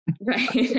right